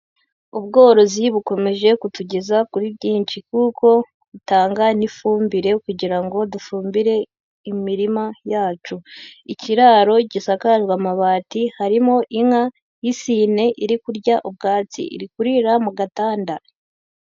Ubworozi bukomeje kutugeza kuri byinshi kuko butanga n'ifumbire kugira ngo dufumbire imirima yacu. Ikiraro gisakajwe amabati; harimo inka y'isine iri kurya ubwatsi, iri kurira mu gatanda.